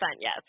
Yes